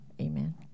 amen